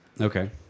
Okay